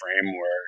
framework